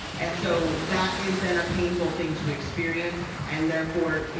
and so that is then a painful thing to experience and therefore,